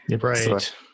Right